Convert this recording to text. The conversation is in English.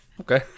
okay